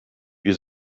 wir